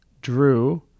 drew